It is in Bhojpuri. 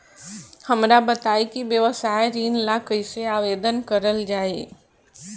हमरा बताई कि व्यवसाय ऋण ला कइसे आवेदन करल जाई?